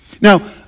Now